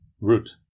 root